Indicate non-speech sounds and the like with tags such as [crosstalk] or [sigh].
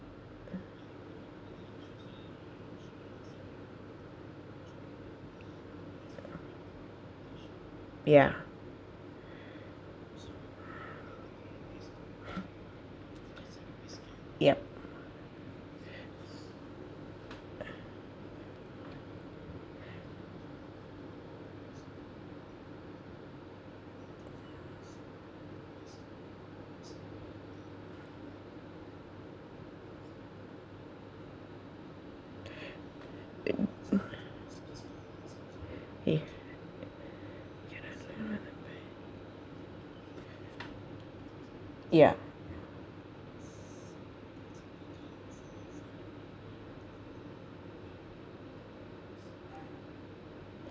ya yup [noise] eh ya